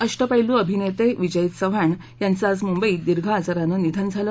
अष्टपद्वी अभिनेते विजय चव्हाण यांचं आज मुंबईत दीर्घ आजारानं निधन झालं